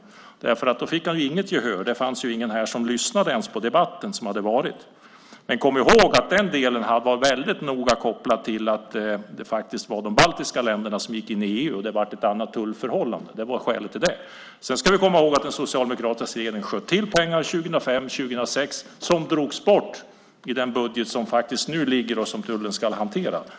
Då fick han inget gehör. Det fanns inte ens någon här som lyssnade på debatten. Men kom ihåg att det var nära kopplat till att de baltiska länderna gick in i EU, och det blev ett annat tullförhållande. Det var skälet till det. Så ska vi komma ihåg att den socialdemokratiska regeringen sköt till pengar 2005 och 2006 som drogs bort i den budget som nu föreligger och som tullen ska hantera.